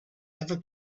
ever